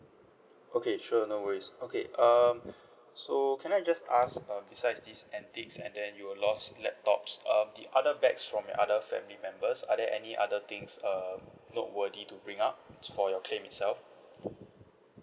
okay sure no worries okay um so can I just ask uh besides this antique and then you were lost laptops um the other bags from your other family members are there any other things uh noteworthy to bring up for your claim itself